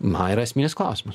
na yra esminis klausimas